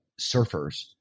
surfers